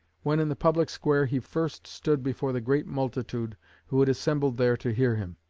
when, in the public square, he first stood before the great multitude who had assembled there to hear him.